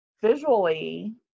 visually